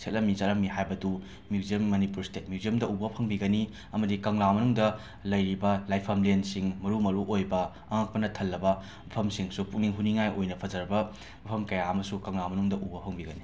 ꯁꯦꯠꯂꯝꯃꯤ ꯆꯥꯔꯝꯃꯤ ꯍꯥꯏꯕꯗꯨ museum Manipur state ꯃ꯭ꯌꯨꯖ꯭ꯌꯝꯗ ꯎꯕ ꯐꯪꯕꯤꯒꯅꯤ ꯑꯃꯗꯤ ꯀꯪꯂꯥ ꯃꯅꯨꯡꯗ ꯂꯩꯔꯤꯕ ꯂꯥꯏꯐꯝꯂꯦꯟꯁꯤꯡ ꯃꯔꯨ ꯃꯔꯨꯑꯣꯏꯕ ꯑꯉꯛꯄꯅ ꯊꯜꯂꯕ ꯃꯐꯝꯁꯤꯡꯁꯨ ꯄꯨꯛꯅꯤꯡ ꯍꯨꯅꯤꯡꯉꯥꯏ ꯑꯣꯏꯅ ꯐꯖꯔꯕ ꯃꯐꯝ ꯀꯌꯥ ꯑꯃꯁꯨ ꯀꯪꯂꯥ ꯃꯅꯨꯡꯗ ꯎꯕ ꯐꯪꯕꯤꯒꯅꯤ